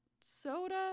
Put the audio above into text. soda